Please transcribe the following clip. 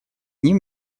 ним